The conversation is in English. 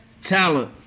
talent